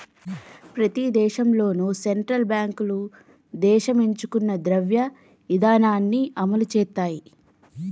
ప్రతి దేశంలోనూ సెంట్రల్ బ్యాంకులు దేశం ఎంచుకున్న ద్రవ్య ఇధానాన్ని అమలు చేత్తయ్